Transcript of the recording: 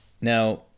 Now